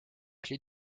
clé